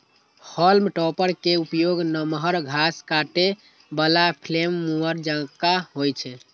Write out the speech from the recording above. हाल्म topper के उपयोग नमहर घास काटै बला फ्लेम मूवर जकां होइ छै